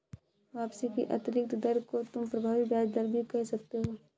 वापसी की आंतरिक दर को तुम प्रभावी ब्याज दर भी कह सकते हो